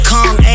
Kong